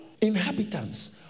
inhabitants